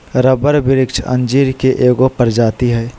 rubber वृक्ष अंजीर के एगो प्रजाति हइ